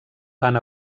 van